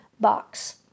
box